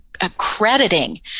accrediting